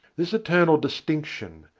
this eternal distinction,